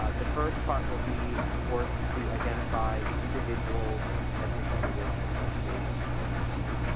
ah the first part will be, of course, to identify the individuals and representative organizations and agencies.